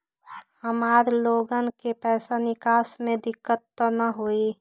हमार लोगन के पैसा निकास में दिक्कत त न होई?